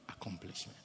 accomplishment